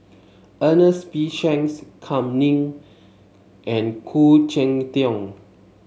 Ernest P Shanks Kam Ning and Khoo Cheng Tiong